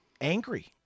angry